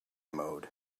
mode